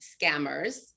scammers